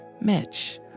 Mitch